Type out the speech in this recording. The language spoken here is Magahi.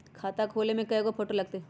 खाता खोले में कइगो फ़ोटो लगतै?